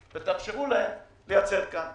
תאפשרו ליצרנים לייצר כאן,